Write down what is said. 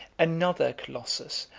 another colossus,